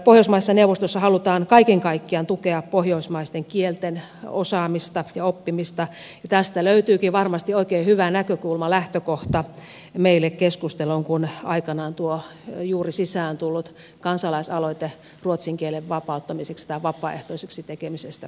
pohjoismaiden neuvostossa halutaan kaiken kaikkiaan tukea pohjoismaisten kielten osaamista ja oppimista ja tästä löytyykin varmasti oikein hyvä näkökulma lähtökohta meille keskusteluun kun aikanaan tuo juuri sisään tullut kansalaisaloite ruotsin kielen vapauttamiseksi tai vapaaehtoiseksi tekemisestä otetaan käsittelyyn